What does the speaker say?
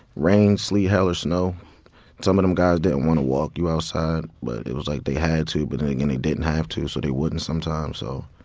rain, sleet, hail or snow some of them guys didn't want to walk you outside but it was like they had to but then again they didn't have to, so they wouldn't sometimes. so,